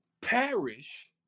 perish